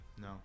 No